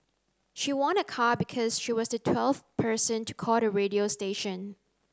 she won a car because she was the twelfth person to call the radio station